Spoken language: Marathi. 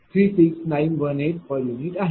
u आहे